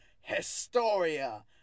Historia